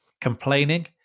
complaining